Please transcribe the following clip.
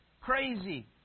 crazy